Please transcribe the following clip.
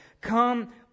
Come